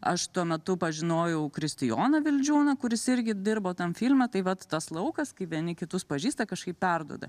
aš tuo metu pažinojau kristijoną vildžiūną kuris irgi dirbo tam filme tai vat tas laukas kai vieni kitus pažįsta kažkaip perduoda